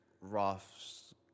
Roth's